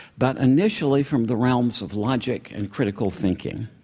but initially from the realms of logic and critical thinking.